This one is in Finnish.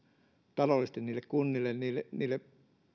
taloudellisesti niille kunnille ja niille